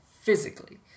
physically